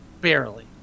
barely